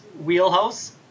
wheelhouse